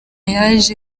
yaje